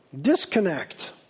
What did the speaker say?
Disconnect